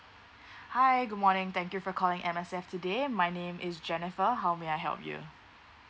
hi good morning thank you for calling M_S_F today my name is jennifer how may I help you